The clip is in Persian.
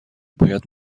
باید